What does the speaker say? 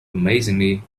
amazingly